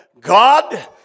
God